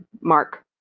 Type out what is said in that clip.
mark